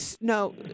no